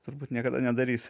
turbūt niekada nedarys